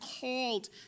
called